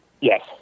Yes